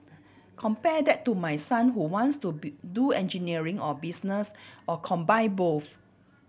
compare that to my son who wants to be do engineering or business or combine both